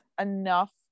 enough